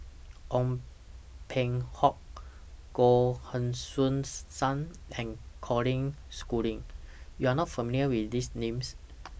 Ong Peng Hock Goh Heng Soon SAM and Colin Schooling YOU Are not familiar with These Names